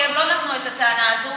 כי הם לא נתנו את הטענה הזאת,